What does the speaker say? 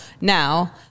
now